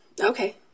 Okay